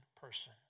person